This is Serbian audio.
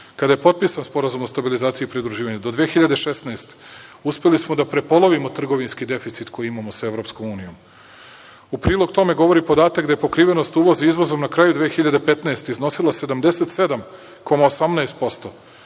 kada je potpisan Sporazum o stabilizaciji i pridruživanju do 2016. godine uspeli smo da prepolovimo trgovinski deficit koji imamo sa EU. U prilog tome govori podatak da je pokrivenost uvoza izvoza na kraju 2015. godine iznosila 77,18%,